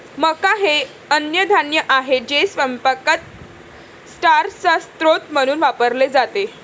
मका हे अन्नधान्य आहे जे स्वयंपाकात स्टार्चचा स्रोत म्हणून वापरले जाते